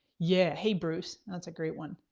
yeah, hey bruce that's a great one.